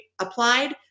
applied